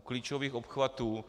U klíčových obchvatů.